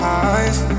eyes